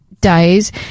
days